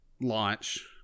launch